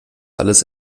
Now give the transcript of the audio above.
alles